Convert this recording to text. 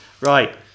Right